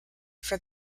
for